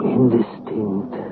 indistinct